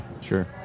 sure